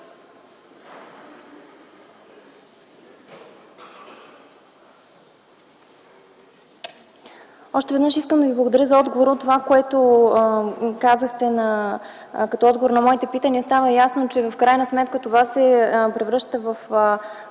Още веднъж искам да ви благодаря за отговора, но това, което казахте като отговор на моето питане, стана ясно, че в крайна сметка това се превръща в